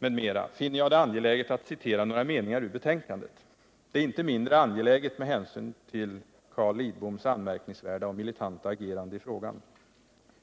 m.m. finner jag det angeläget att citera några meningar ur betänkandet. Det är inte mindre angeläget med hänsyn till Carl Lidboms anmärkningsvärda och militanta agerande i frågan.